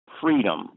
freedom